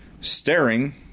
staring